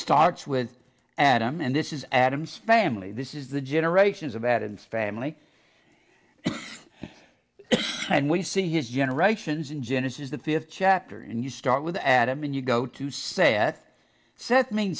starts with an adam and this is adams family this is the generations of adams family and we see his generations in genesis the fifth chapter and you start with adam and you go to seth set